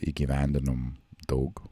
įgyvendinom daug